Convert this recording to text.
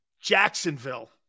Jacksonville